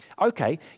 Okay